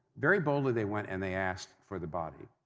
very boldly they went and they asked for the body.